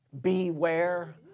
beware